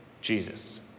Jesus